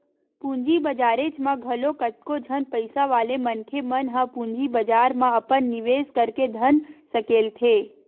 पूंजी बजारेच म घलो कतको झन पइसा वाले मनखे मन ह पूंजी बजार म अपन निवेस करके धन सकेलथे